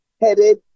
headed